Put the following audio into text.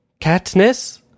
Katniss